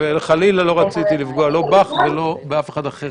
חלילה, לא רציתי לפגוע לא בך ולא באף אחד אחר כאן.